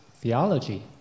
theology